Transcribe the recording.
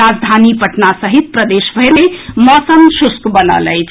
राजधानी पटना सहित प्रदेशभरि मे मौसम शुष्क बनल अछि